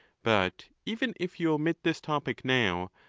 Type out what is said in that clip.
but even if you omit this topic now,